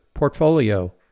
portfolio